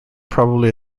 probably